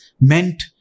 meant